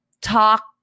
talk